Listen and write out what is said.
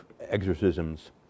exorcisms